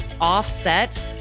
offset